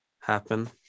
happen